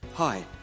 Hi